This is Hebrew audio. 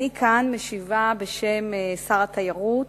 אני משיבה כאו בשם שר התיירות,